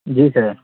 जी sir